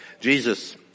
Jesus